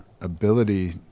ability